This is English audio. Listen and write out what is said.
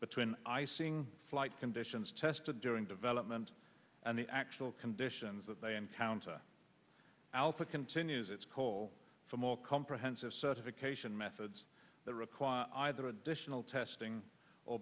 between icing flight conditions tested during development and the actual conditions that they encounter alpha continues its call for more comprehensive certification methods that require either additional testing or